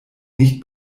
nicht